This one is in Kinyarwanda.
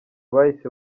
bahise